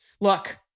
Look